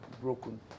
broken